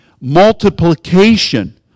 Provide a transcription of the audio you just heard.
multiplication